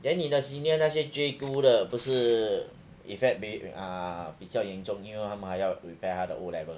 then 你的 senior 那些 J two 的不是 affect 比啊比较严重因为他们还要 prepare 他的 O level